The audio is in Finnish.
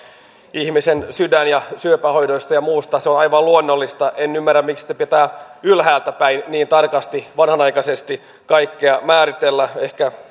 ihmisen sydän ja syöpähoidoista ja muusta se on aivan luonnollista en ymmärrä miksi pitää ylhäältäpäin niin tarkasti vanhanaikaisesti kaikkea määritellä